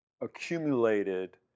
accumulated